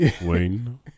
Wayne